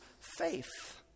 faith